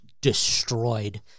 destroyed